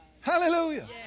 Hallelujah